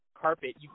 carpet